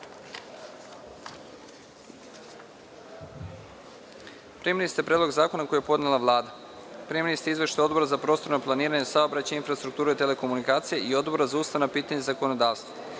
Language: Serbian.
ste Predlog zakona koji je podnela Vlada. Primili ste izveštaje Odbora za prostorno planiranje, saobraćaj, infrastrukturu i telekomunikacije i Odbora za ustavna pitanja i zakonodavstvo. Pre